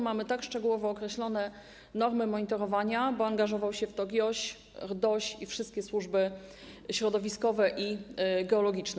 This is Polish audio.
Mamy tak szczegółowo określone normy monitorowania, bo angażowały się w to GIOŚ, RDOŚ i wszystkie służby środowiskowe i geologiczne.